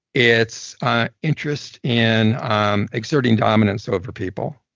it's interest in um exerting dominance over people,